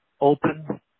open